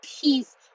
peace